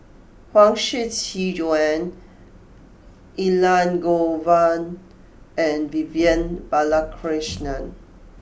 Huang Shiqi Joan Elangovan and Vivian Balakrishnan